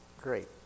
great